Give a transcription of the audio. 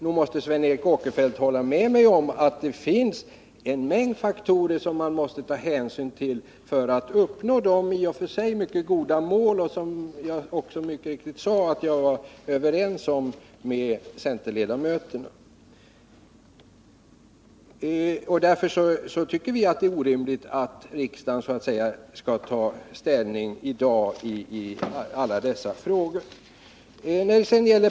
Nog måste Sven Eric Åkerfeldt hålla med mig om att det finns en mängd faktorer som man måste ta hänsyn till för att uppnå de i och för sig mycket goda mål som jag också sade att jag var överens med centerledamöterna om. Därför tycker vi att det är orimligt att riksdagen skall ta ställning i dag i alla dessa frågor.